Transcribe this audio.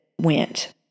went